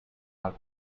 her